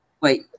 wait